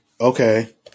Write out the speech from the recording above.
okay